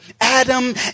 Adam